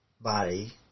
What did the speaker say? body